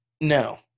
No